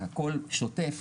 הכול שוטף,